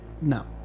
No